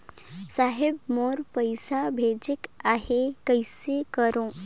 साहेब मोर पइसा भेजेक आहे, कइसे करो?